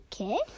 Okay